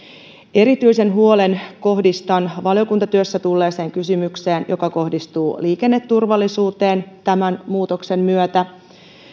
erityisen huolen kohdistan valiokuntatyössä tulleeseen kysymykseen joka kohdistuu liikenneturvallisuuteen tämän muutoksen myötä